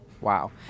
Wow